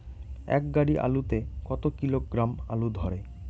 এক গাড়ি আলু তে কত কিলোগ্রাম আলু ধরে?